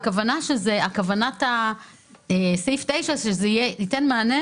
שכוונת סעיף 9, שזה ייתן מענה